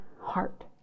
heart